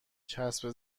چسب